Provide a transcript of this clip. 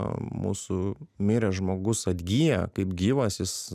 mūsų miręs žmogus atgyja kaip gyvas jis